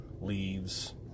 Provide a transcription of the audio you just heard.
Leaves